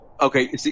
okay